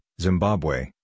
Zimbabwe